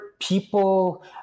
people